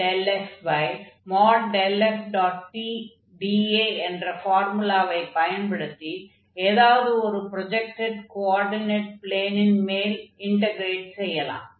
pdA என்ற ஃபார்முலாவை பயன்படுத்தி ஏதாவது ஒரு ப்ரொஜக்டட் கோஆர்டினேட் ப்ளேனின் மேல் இன்டக்ரேட் செய்யலாம்